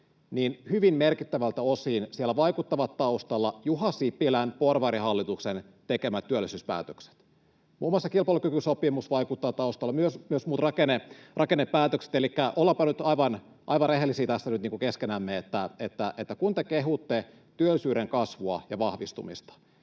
hyvin merkittävältä osin vaikuttavat taustalla Juha Sipilän porvarihallituksen tekemät työllisyyspäätökset — muun muassa kilpailukykysopimus vaikuttaa taustalla ja myös muut, rakennepäätökset. Elikkä ollaanpa nyt aivan rehellisiä tässä nyt keskenämme, että kun te kehutte työllisyyden kasvua ja vahvistumista,